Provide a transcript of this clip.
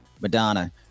Madonna